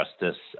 Justice